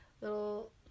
little